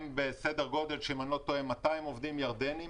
יש להם 200 עובדים ירדנים.